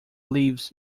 leaves